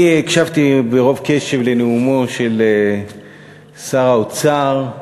אני הקשבתי ברוב קשב לנאומו של שר האוצר,